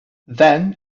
then